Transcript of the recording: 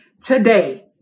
Today